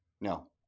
No